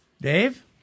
Dave